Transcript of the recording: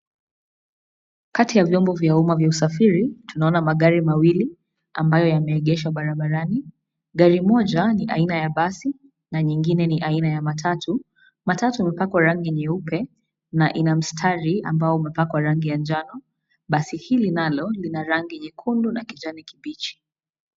Kati ya vyombo vya umma vya usafiri, tunaona magari mawili ambayo yameegeshwa barabarani. Gari moja ni aina ya basi na nyingine ni aina ya matatu. Matatu hupakwa rangi nyeupe na ina mstari ambao umepakwa rangi ya njano. Basi hili nalo lina rangi nyekundu na kijani kibichi.